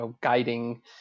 guiding